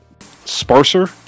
sparser